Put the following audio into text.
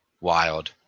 Wild